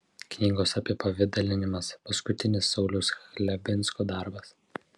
knygos apipavidalinimas paskutinis sauliaus chlebinsko darbas